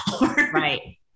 Right